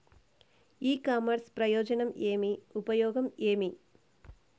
ఇ commerce ప్రయోజనం ఏమి? ఉపయోగం ఏమి?